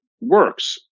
works